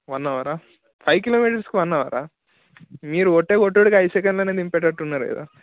one అవరా five కిలోమీటర్స్కి one అవరా మీరు కొట్టే కొట్టుడికి ఐదు సెకన్లోనే దింపేటట్టున్నారు కదా